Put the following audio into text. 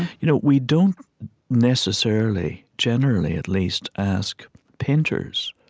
you know, we don't necessarily generally, at least ask painters,